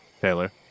Taylor